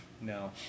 no